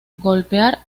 golpear